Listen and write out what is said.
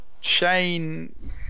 Shane